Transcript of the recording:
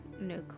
no